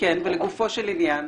ולגופו של עניין?